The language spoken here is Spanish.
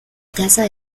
casa